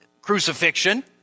crucifixion